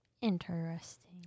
Interesting